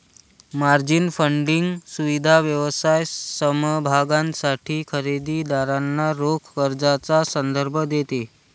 margin funding सुविधा व्यवसाय समभागांसाठी खरेदी दारांना रोख कर्जाचा संदर्भ देते